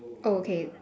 okay